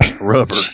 rubber